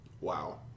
Wow